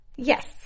Yes